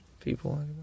People